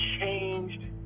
changed